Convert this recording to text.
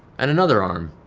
and another arm,